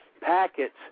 packets